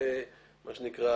זה מה שנקרא